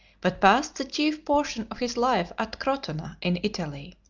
but passed the chief portion of his life at crotona in italy.